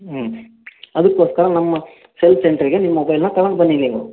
ಹ್ಞೂ ಅದಕ್ಕೋಸ್ಕರ ನಮ್ಮ ಸೆಲ್ ಸೆಂಟ್ರಿಗೆ ನಿಮ್ಮ ಮೊಬೈಲನ್ನ ತಗೊಂಡು ಬನ್ನಿ ನೀವು